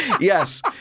Yes